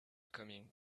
coming